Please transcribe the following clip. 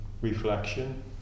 reflection